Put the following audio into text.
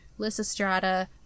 Lysistrata